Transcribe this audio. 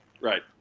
Right